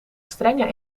strenge